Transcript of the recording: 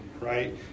right